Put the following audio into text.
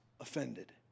offended